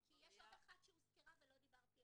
כי יש עוד אחת שהוזכרה ולא דיברתי עליה.